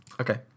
Okay